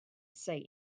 say